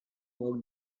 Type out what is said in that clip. work